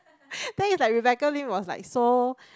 then it's like Rebecca-Lim was like so